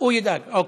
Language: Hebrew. הם דיברו איתי.